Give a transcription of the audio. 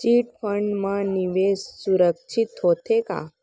Chit fund मा निवेश सुरक्षित होथे का?